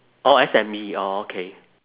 orh S_M_E orh okay